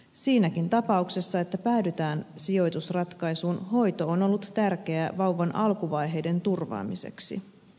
siinäkin tapauksessa että päädytään sijoitusratkaisuun hoito on ollut tärkeää vauvan alkuvaiheiden turvaamiseksi